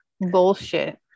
bullshit